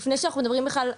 לפני שאנחנו מדברים בכלל,